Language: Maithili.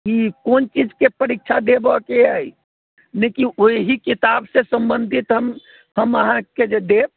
ई कोन चीजके परीक्षा देबऽके अछि देखिऔ ओहि किताब से सम्बन्धित हम हम अहाँकेँ जे देब